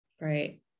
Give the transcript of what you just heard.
Right